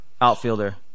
Outfielder